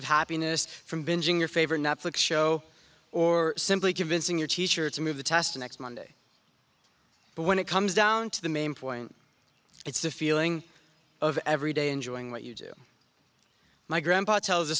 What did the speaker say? of happiness from bingeing your favorite netflix show or simply convincing your teacher to move the test next monday but when it comes down to the main point it's the feeling of every day enjoying what you do my grandpa tells